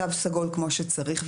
תו סגול כמו שצריך,